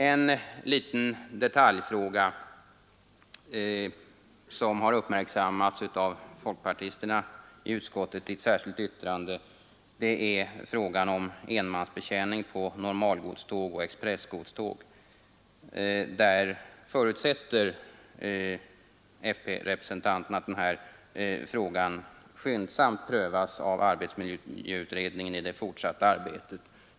En liten detalj, som har uppmärksammats av folkpartisterna i utskottet i ett särskilt yttrande, är frågan om enmansbetjäning på normalgodståg och expressgodståg. Folkpartirepresentanterna förutsätter att den frågan skyndsamt prövas av arbetsmiljöutredningen under dess fortsatta arbete.